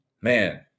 man